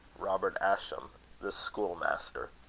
roger ascham the schoolmaster.